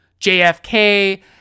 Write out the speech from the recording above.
JFK